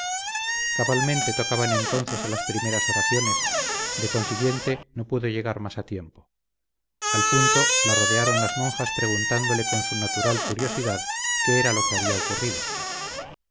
cabalmente tocaban entonces a las primeras oraciones de consiguiente no pudo llegar más a tiempo al punto la rodearon las monjas preguntándole con su natural curiosidad qué era lo que había ocurrido